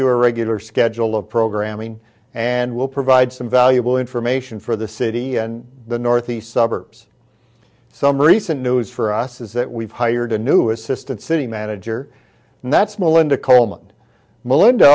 to a regular schedule of programming and will provide some valuable information for the city and the northeast suburbs some recent news for us is that we've hired a new assistant city manager and that's melinda coleman and melinda